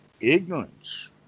Ignorance